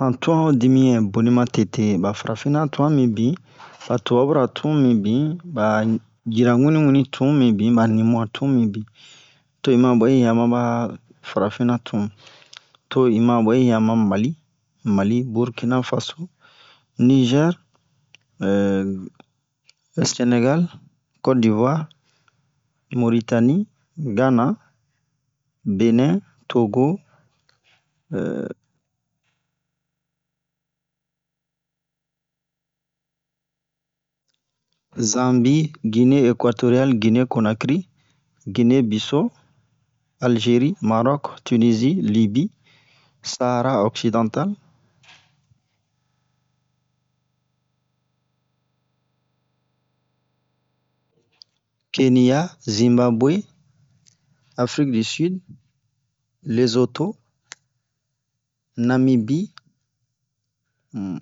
han tun'an ho dimiyan boni matete ɓa farafinna tun'an mibin ɓa tubara tun'an mibin ɓa jira wimi wimi tun mibin ɓa nin-mu'an tun mibin to in ma ɓwɛ un hiya maba farafinna tun to in ma ɓwɛ un hiya ma Mali Mali Burkina-faso Nizer Senegali Codivuware Moritani Gana Benɛn Togo zanbi Gine-ekuwatoriyale Gine-konakiri Gine-biso Alizeri MarokTinizi Libi Sahara ɔksidantale Keniya Zimbaɓwe Afrik-di-sid Lezoto Namibi um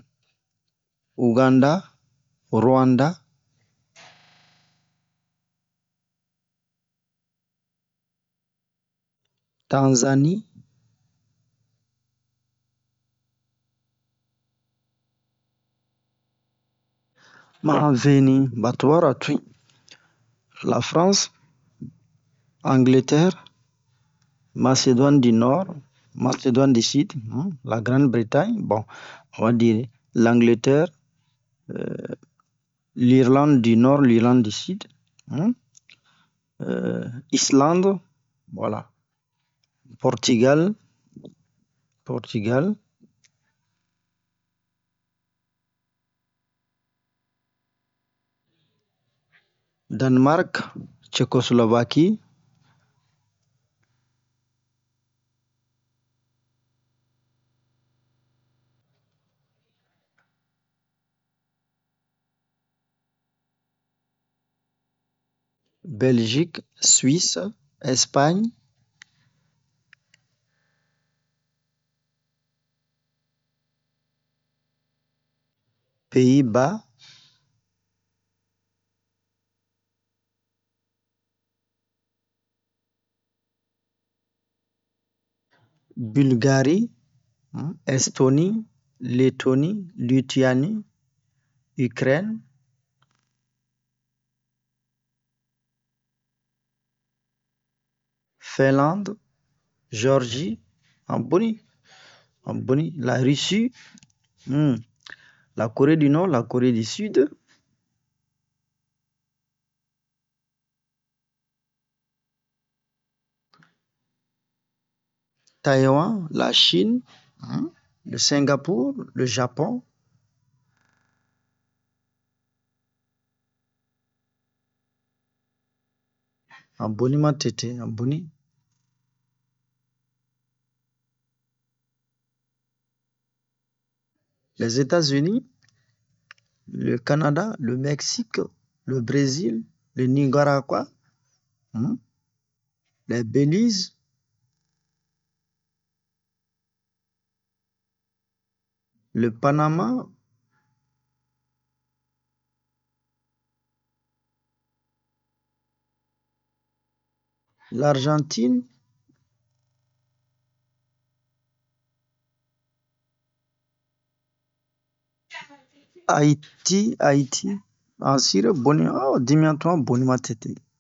Uganda Ruwanda Tanzani ma han veni ɓa tubara tun'in La Franse Angiltɛre Maseduwane-di-nɔre Maseduwane-di-side um La Grande-Bretaɲe bon on va dire Langiletɛre Lirlande-di-nɔre Lirlande-di-sid um Islande wala Pɔrtigale Pɔrtigale Danemark Cɛkoslovaki Bɛlzik Suwise Ɛspaɲe Peyi-ba Bilgari Ɛstoni Letoni Litiyani Ikrɛne Fɛnlande Zɔrzi han boni han boni La-Risi um La-kore-di-nɔre La-kore-di-sid Tayiwan La-shine um Sɛngapur Le-zapon han boni matete Lɛ-zeta-zini Le-Kanada Le-Mɛksik Le-brezil Le-niguwaraga um Lɛ-belize Le-panama Larzantine Ayiti Ayiti han sire boni oo ho dimiyan tun'an boni matete